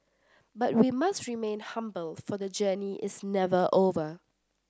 but we must remain humble for the journey is never over